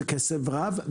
זה כסף רב,